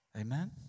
amen